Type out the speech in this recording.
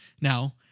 Now